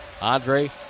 Andre